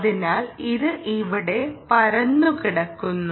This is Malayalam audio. അതിനാൽ ഇത് ഇവിടെ പരന്നുകിടക്കുന്നു